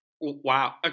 Wow